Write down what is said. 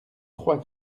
trois